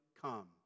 come